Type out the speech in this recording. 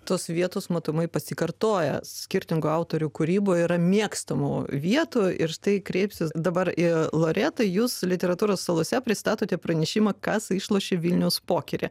tos vietos matomai pasikartoja skirtingų autorių kūryboj yra mėgstamų vietų ir štai kreipsiuos dabar į loretą jus literatūros salose pristatote pranešimą kas išlošė vilniaus pokerį